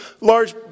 large